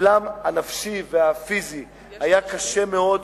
סבלם הנפשי והפיזי היה קשה מאוד,